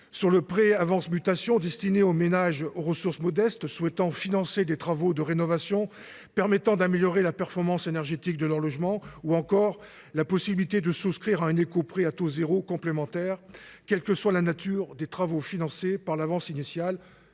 sur le pré-avance mutation destiné au ménage ressources modestes souhaitant financer des travaux de rénovation permettant d'améliorer la performance énergétique de nos logements ou encore la possibilité de souscrire un éco-pré à taux zéro complémentaire quelle que soit la nature des travaux financés par l'avance initiale